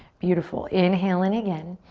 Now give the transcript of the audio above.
beautiful, inhale in again.